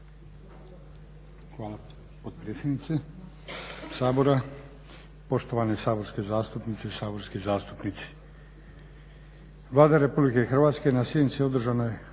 Hvala potpredsjednice Sabora, poštovane saborske zastupnice i saborski zastupnici. Vlada RH na sjednici održanoj